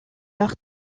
leur